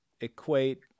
equate